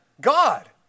God